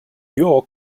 your